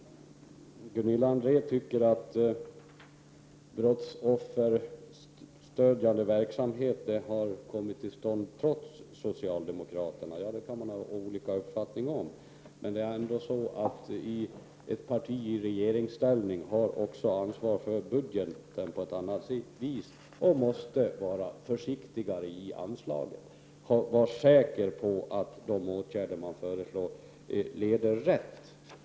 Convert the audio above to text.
Gunilla André tycker att brottsofferstödjande verksamhet har kommit till stånd trots socialdemokraterna. Det kan man ha olika uppfattning om, men ett parti i regeringsställning har också ansvar för budgeten på annat sätt än oppositionspartierna och måste vara försiktigare med anslagsgivningen. Var säker på att de åtgärder regeringen föreslår leder rätt!